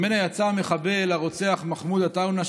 שממנה יצא המחבל הרוצח מחמוד עטאונה,